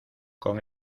con